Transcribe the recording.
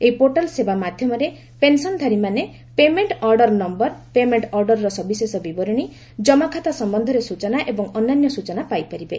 ଏହି ପୋର୍ଟାଲ୍ ସେବା ମାଧ୍ୟମରେ ପେନ୍ସନଧାରୀମାନେ ପେମେଣ୍ଟ ଅଡର୍ ନୟର ପେମେଣ୍ଟ ଅଡ଼ର୍ର ସବିଶେଷ ବିବରଣୀ ଜମାଖାତା ସମ୍ଭନ୍ଧରେ ସ୍ୱଚନା ଏବଂ ଅନ୍ୟାନ୍ୟ ସ୍ୱଚନା ପାଇପାରିବେ